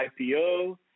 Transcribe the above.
IPO